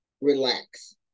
relax